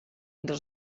entre